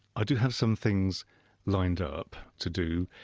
i do have some things lined up to do.